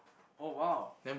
oh !wow!